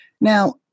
Now